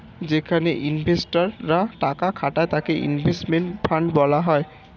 যেখানে ইনভেস্টর রা টাকা খাটায় তাকে ইনভেস্টমেন্ট ফান্ড বলা হয়